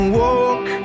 walk